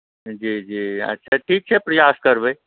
जी जी अच्छा ठीक छै प्रयास करबै